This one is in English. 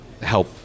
help